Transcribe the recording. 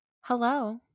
Hello